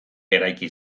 eraiki